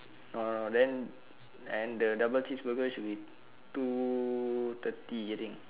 no no no then and the double cheese burger should be two thirty I think